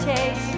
Taste